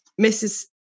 Mrs